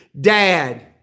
Dad